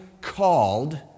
called